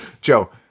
Joe